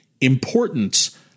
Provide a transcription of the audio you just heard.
importance